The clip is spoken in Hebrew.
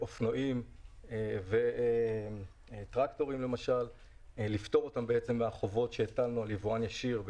אופנועים וטרקטורים מהחובות שהטלנו על יבואן ישיר.